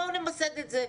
בואו נמסד את זה.